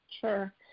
sure